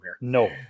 No